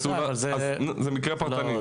זה מקרה פרטני.